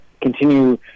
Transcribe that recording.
continue